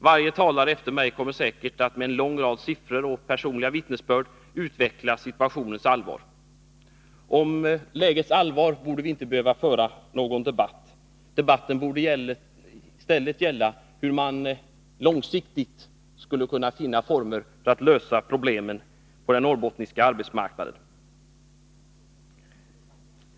Varje talare efter mig kommer säkert att med en lång rad siffror och personliga vittnesbörd utveckla sin syn på situationens allvar. Om lägets allvar borde vi inte behöva föra någon debatt. I stället borde debatten gälla hur man långsiktigt skall kunna finna former för att lösa problemen på den norrbottniska arbetsmarknaden.